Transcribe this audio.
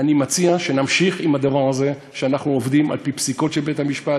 אני מציע שנמשיך עם הדבר הזה שאנחנו עובדים על-פי פסיקות של בית-המשפט,